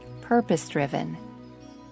purpose-driven